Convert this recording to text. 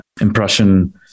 impression